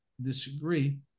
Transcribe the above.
disagree